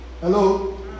Hello